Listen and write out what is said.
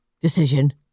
decision